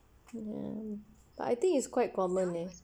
but I think it's quite common leh